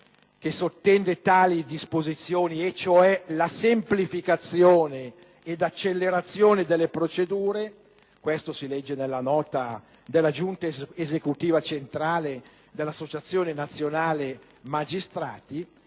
che sottende tali disposizioni, cioè la semplificazione ed accelerazione delle procedure (questo si legge nella nota della giunta esecutiva centrale dell'Associazione nazionale magistrati),